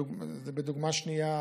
בדוגמה שנייה